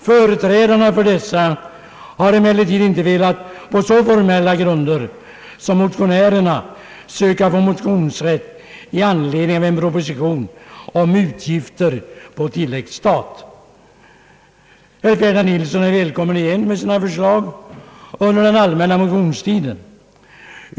Företrädarna för dessa åsikter har emellertid inte velat på så formella grunder som motionärerna söka få motionsrätt i anledning av en proposition om utgifter på tilläggsstat. Herr Ferdinand Nilsson är välkommen igen med sina förslag under den allmänna motionstiden.